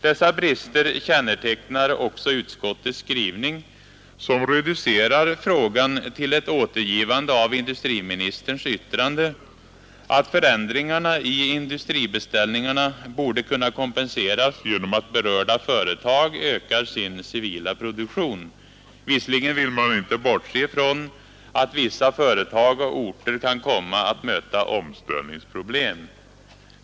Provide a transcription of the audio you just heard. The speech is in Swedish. Dessa brister kännetecknar också utskottets skrivning, som reducerar frågan till ett återgivande av industriministerns yttrande, att förändringarna i industribeställningarna borde kunna kompenseras genom att berörda företag ökar sin civila produktion. Visserligen vill man inte bortse från att vissa företag och orter kan komma att möta omställningsproblem.